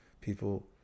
People